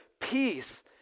peace